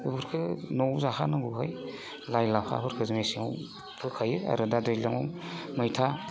बेफोरखौ न'आव जाखानांगौखाय लाइ लाफाफोरखौ जों मेसेङावबो गायो आरो दा दैज्लाङाव मैथा